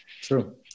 True